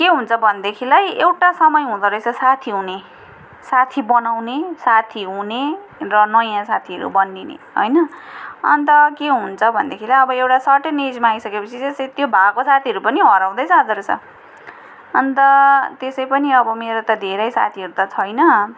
के हुन्छ भनेदेखि लाई एउटा समय हुँदो रहेछ साथी हुने साथी बनाउने साथी हुने र नयाँ साथीहरू बनिने होइन अन्त के हुन्छ भनेदेखिलाई एउटा सर्टेन एजमा आइसक्यो पछि चाहिँ त्यो भएको साथीहरू पनि हराउँदै जाँदो रहेछ अन्त त्यसै पनि अब मेरो त धेरै साथीहरू त छैन